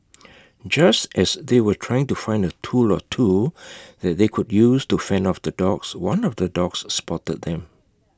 just as they were trying to find A tool or two that they could use to fend off the dogs one of the dogs spotted them